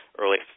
early